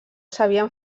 sabien